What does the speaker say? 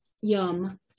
yum